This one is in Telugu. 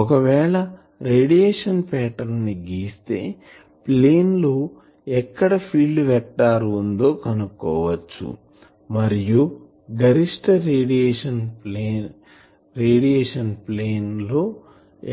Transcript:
ఒకవేళ రేడియేషన్ పాటర్న్ ని గిస్తే ప్లేన్ లో ఎక్కడ ఫీల్డ్ వెక్టార్ ఉందో కనుక్కోవచ్చు మరియు గరిష్ట రేడియేషన్ ప్లేన్ లో